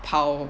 跑